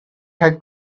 had